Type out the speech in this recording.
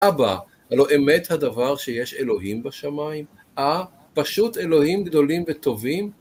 אבא, הלא אמת הדבר שיש אלוהים בשמיים? אה, פשוט אלוהים גדולים וטובים?